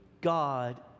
God